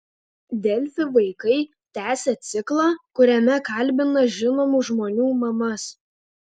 delfi vaikai tęsia ciklą kuriame kalbina žinomų žmonių mamas